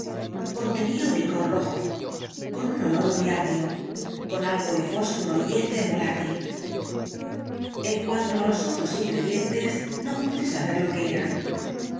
contenía un licor rojo con un olor muy agrio con algo de fósforo y éter volátil en cuanto á los otros ingredientes no pude saber lo que eran